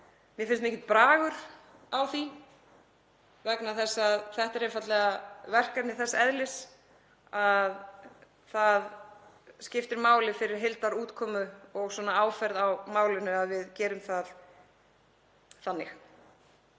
mér finnst mikill bragur á því vegna þess að verkefnið er einfaldlega þess eðlis að það skiptir máli fyrir heildarútkomu og áferð á málinu að við gerum það þannig,